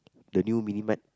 the new mini mart